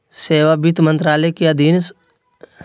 सेवा वित्त मंत्रालय के अधीन राजस्व विभाग के अन्तर्गत्त कार्यरत हइ